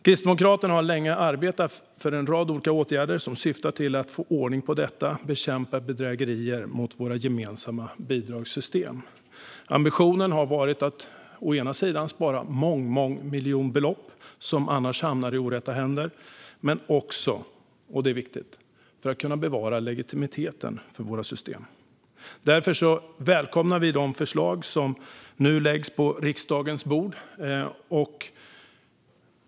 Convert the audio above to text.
Kristdemokraterna har länge arbetat för att en rad olika åtgärder ska vidtas som syftar till att få ordning på detta och bekämpa bedrägerier mot våra gemensamma bidragssystem. Ambitionen har varit att å ena sidan spara mångmiljonbelopp som annars hamnar i orätta händer, å andra sidan bevara legitimiteten för våra system. Därför välkomnar vi de förslag som nu läggs på riksdagens bord.